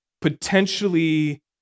potentially